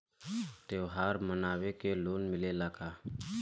त्योहार मनावे के लोन मिलेला का?